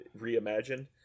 reimagined